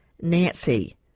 Nancy